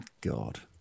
god